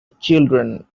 children